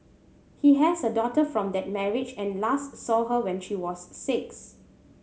he has a daughter from that marriage and last saw her when she was six